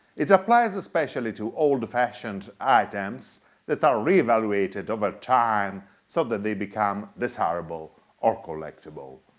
it applies especially to old-fashioned items that are re-evaluated over time so that they become desirable or collectible.